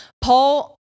Paul